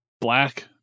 black